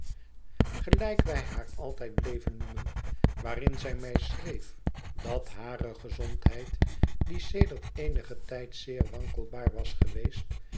gelijk wij haar altijd bleven noemen waarin zij mij schreef dat hare gezondheid die sedert eenigen tijd zeer wankelbaar was geweest